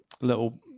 little